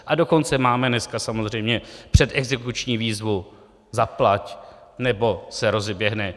A dokonce máme dneska samozřejmě předexekuční výzvu: Zaplať, nebo se rozeběhne.